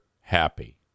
happy